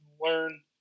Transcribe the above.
learn